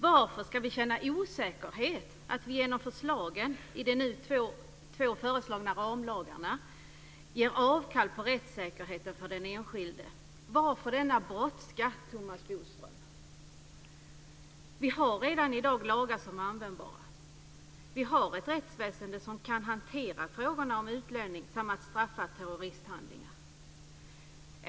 Varför ska vi känna osäkerhet inför att vi genom förslagen i de två nu föreslagna ramlagarna ger avkall på rättssäkerheten för den enskilde? Varför denna brådska, Thomas Bodström? Vi har redan i dag lagar som är användbara. Vi har ett rättsväsende som kan hantera frågorna om utlämning samt straffa terroristhandlingar.